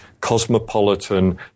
cosmopolitan